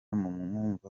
mwumva